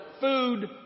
food